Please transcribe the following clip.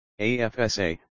afsa